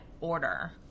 order